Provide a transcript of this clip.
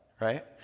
right